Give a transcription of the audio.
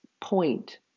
point